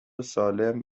سالم